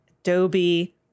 Adobe